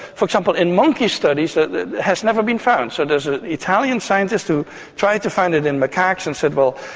for example, in monkey studies it has never been found. so there's an italian scientist who tried to find it in macaques and said, well,